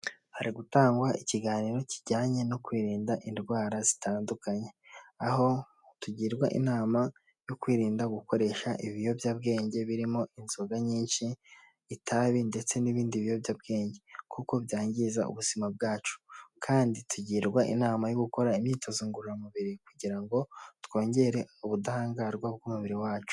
Hari gutangwa ikiganiro kijyanye no kwirinda indwara zitandukanye, aho tugirwa inama yo kwirinda gukoresha ibiyobyabwenge, birimo inzoga nyinshi, itabi ndetse n'ibindi biyobyabwenge, kuko byangiza ubuzima bwacu kandi tugirwa inama yo gukora imyitozo ngororamubiri kugira ngo twongere ubudahangarwa bw'umubiri wacu.